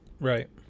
Right